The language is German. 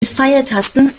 pfeiltasten